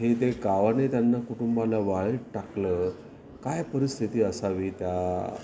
हे ते गावाने त्यांना कुटुंबांना वाळीत टाकलं काय परिस्थिती असावी त्या